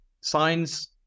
signs